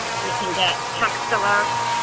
we can get text alerts.